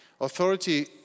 Authority